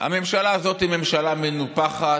הממשלה הזאת היא ממשלה מנופחת.